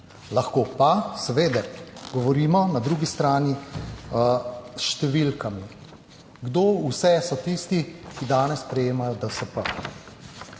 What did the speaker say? Lahko pa seveda govorimo na drugi strani s številkami, kdo vse so tisti, ki danes prejemajo DSP?